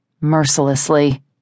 mercilessly